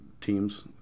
teams